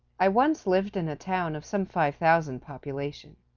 i once lived in a town of some five thousand population.